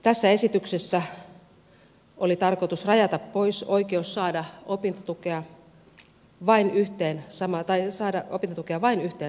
tässä esityksessä oli tarkoitus rajata oikeus saada opintotukea vain yhteen samantasoiseen korkeakoulututkintoon